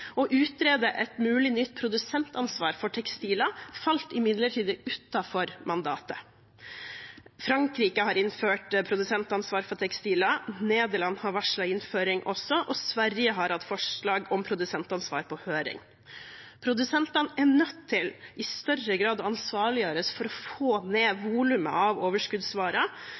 utrede et mulig nytt produsentansvar for tekstiler falt imidlertid utenfor mandatet. Frankrike har innført produsentansvar for tekstiler, Nederland har også varslet innføring, og i Sverige har man hatt forslag om produsentansvar på høring. Produsentene er nødt til å ansvarliggjøres i større grad for å få ned volumet av overskuddsvarer,